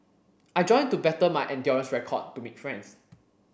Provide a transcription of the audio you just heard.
I joined to better my endurance record to make friends